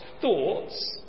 thoughts